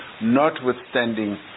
notwithstanding